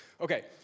okay